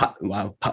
Wow